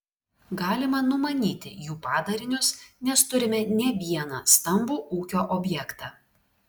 galima numanyti jų padarinius nes turime ne vieną stambų ūkio objektą